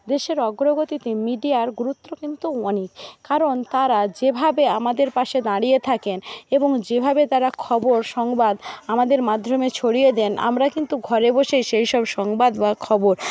দেশের অগ্রগতিতে মিডিয়ার গুরুত্ব কিন্তু অনেক কারণ তারা যেভাবে আমাদের পাশে দাঁড়িয়ে থাকেন এবং যেভাবে তারা খবর সংবাদ আমাদের মাধ্যমে ছড়িয়ে দেন আমরা কিন্তু ঘরে বসেই সেইসব সংবাদ বা খবর